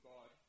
God